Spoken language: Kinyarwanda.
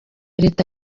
leta